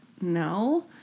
no